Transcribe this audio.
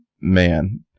man